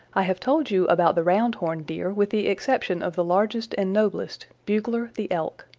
i have told you about the round-horned deer with the exception of the largest and noblest, bugler the elk.